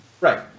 Right